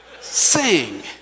sing